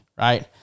Right